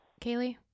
kaylee